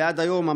ועד היום,